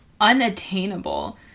unattainable